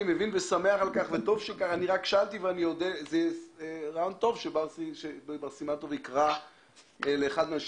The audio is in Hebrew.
אני חושב שזה רעיון טוב שבר סימן טוב יקרא לאחד מאנשי